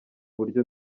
buryo